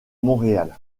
montréal